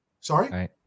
Sorry